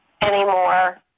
anymore